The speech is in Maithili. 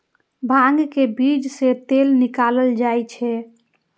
भांग के बीज सं तेल निकालल जाइ छै